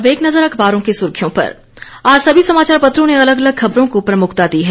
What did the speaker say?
अब एक नजर अखबारों की सुर्खियों पर आज सभी समाचार पत्रों ने अलग अलग खबरों को प्रमुखता दी है